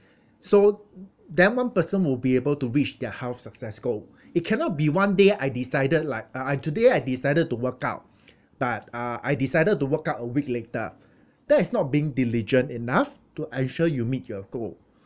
so then one person will be able to reach their health success goal it cannot be one day I decided like uh I today I decided to work out but uh I decided to work out a week later that is not being diligent enough to ensure you meet your goal